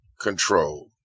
control